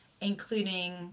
including